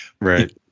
right